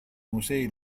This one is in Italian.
musei